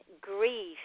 grief